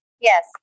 Yes